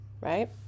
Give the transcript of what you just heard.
right